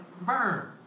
Burn